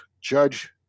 judge